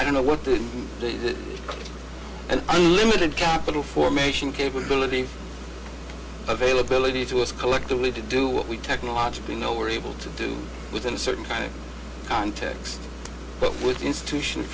i don't know what to do and limited capital formation capability availability to us collectively to do what we technologically know we're able to do within a certain kind of context but with the institution